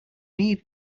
need